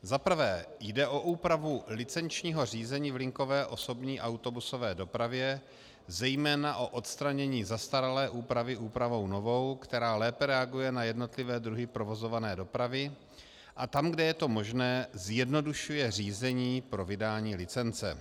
Za prvé jde o úpravu licenčního řízení v linkové osobní autobusové dopravě, zejména o odstranění zastaralé úpravy úpravou novou, která lépe reaguje na jednotlivé druhy provozované dopravy a tam, kde je to možné, zjednodušuje řízení pro vydání licence.